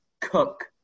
cook